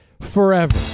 forever